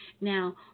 Now